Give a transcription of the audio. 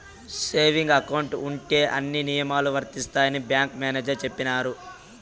saving account ఉంటే అన్ని నియమాలు వర్తిస్తాయని బ్యాంకు మేనేజర్ చెప్పినారు